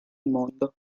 mondo